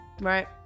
right